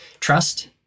Trust